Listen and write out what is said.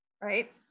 right